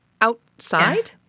outside